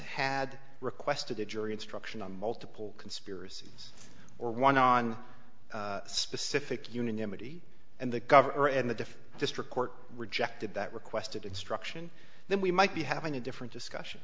had requested a jury instruction on multiple conspiracies or one on specific unanimity and the governor and the different district court rejected that requested instruction then we might be having a different discussion